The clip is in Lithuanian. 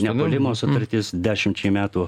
nepuolimo sutartis dešimčiai metų